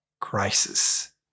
crisis